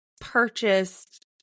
purchased